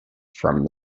from